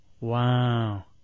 Wow